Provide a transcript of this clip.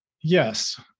yes